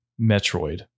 Metroid